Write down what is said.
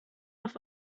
auf